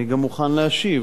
אני גם מוכן להשיב,